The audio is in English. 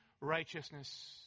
righteousness